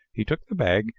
he took the bag,